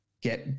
get